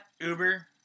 Uber